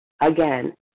again